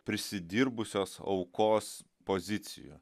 prisidirbusios aukos pozicijų